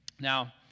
Now